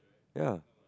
ya